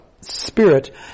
spirit